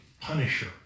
punisher